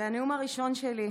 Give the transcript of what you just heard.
זה הנאום הראשון שלי,